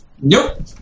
Nope